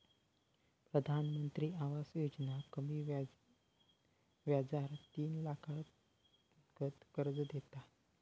प्रधानमंत्री आवास योजना कमी व्याजार तीन लाखातागत कर्ज देता